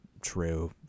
true